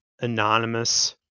anonymous